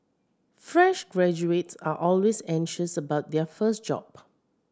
fresh graduates are always anxious about their first job